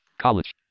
College